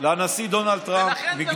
לנשיא דונלד טראמפ, ולכן זה לא יעזור.